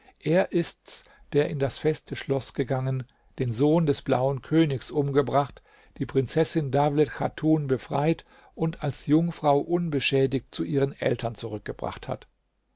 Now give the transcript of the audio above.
er ist's der in das feste schloß gegangen den sohn des blauen königs umgebracht die prinzessin dawlet chatun befreit und als jungfrau unbeschädigt zu ihren eltern zurückgebracht hat